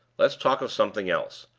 let's talk of something else.